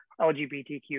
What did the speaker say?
LGBTQ